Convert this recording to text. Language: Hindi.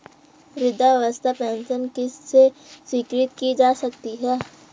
वृद्धावस्था पेंशन किसे स्वीकृत की जा सकती है?